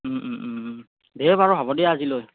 ওম ওম ওম ওম দে বাৰু হ'ব দিয়া আজিলৈ